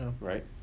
right